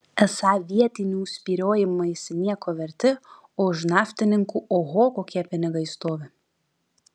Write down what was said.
esą vietinių spyriojimaisi nieko verti o už naftininkų oho kokie pinigai stovi